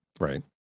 Right